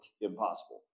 impossible